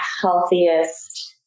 healthiest